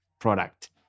product